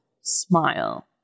smile